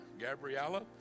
gabriella